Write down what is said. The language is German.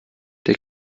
der